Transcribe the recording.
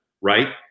right